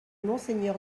monseigneur